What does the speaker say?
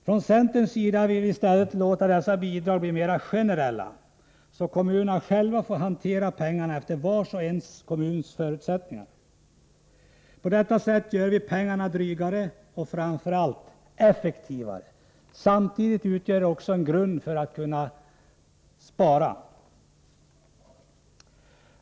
Från centerns sida vill vi i stället låta dessa bidrag bli mera generella, så att kommunerna själva får hantera pengarna efter varje kommuns förutsättningar. På detta sätt gör vi pengarna drygare och framför allt effektivare. Samtidigt ges det utrymme för besparingar.